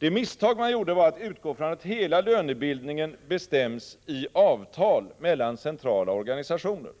Det misstag man gjorde var att utgå från att hela lönebildningen bestäms i avtal mellan centrala organisationer.